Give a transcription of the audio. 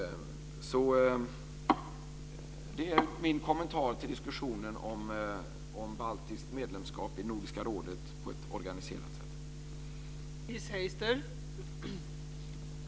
Det är min kommentar till diskussionen om baltiskt medlemskap i Nordiska rådet på ett organiserat sätt.